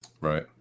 Right